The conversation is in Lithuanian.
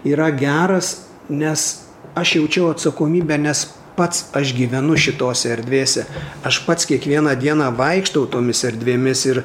yra geras nes aš jaučiau atsakomybę nes pats aš gyvenu šitose erdvėse aš pats kiekvieną dieną vaikštau tomis erdvėmis ir